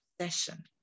session